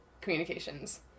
communications